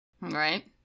Right